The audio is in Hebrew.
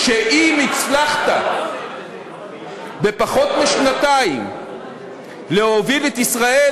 שאם הצלחת בפחות משנתיים להוביל את ישראל